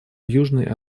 южной